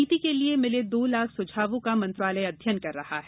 नीति के लिए मिले दो लाख सुझावों का मंत्रालय अध्ययन कर रहा है